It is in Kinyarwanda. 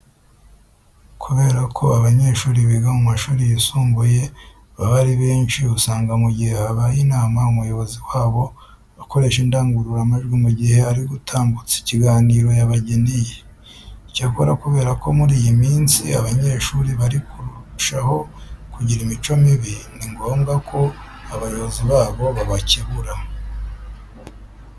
Kubera ko abanyeshuri biga mu mashuri yisumbuye baba ari benshi usanga mu gihe habaye inama umuyobozi wabo akoresha indangururamajwi mu gihe ari gutambutsa ikiganiro yabageneye. Icyakora kubera ko muri iyi minsi abanyeshuri bari kurushaho kugira imico mibi, ni ngombwa ko abayobozi babo babakebura.